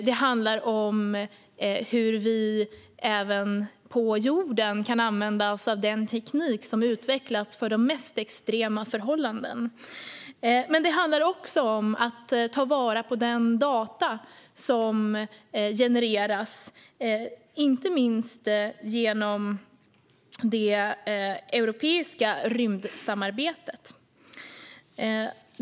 Det handlar om hur vi även på jorden kan använda oss av den teknik som vi utvecklat för de mest extrema förhållanden, och det handlar om att ta vara på de data som genereras inte minst genom det europeiska rymdsamarbetet.